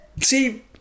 See